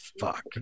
fuck